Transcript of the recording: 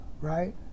right